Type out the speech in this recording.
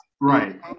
Right